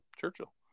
Churchill